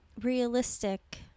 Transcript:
realistic